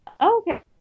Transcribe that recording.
Okay